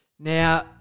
Now